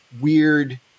weird